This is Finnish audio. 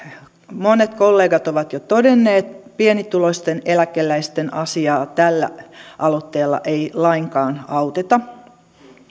monet kollegat ovat jo todenneet pienituloisten eläkeläisten asiaa tällä aloitteella ei lainkaan auteta